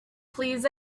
please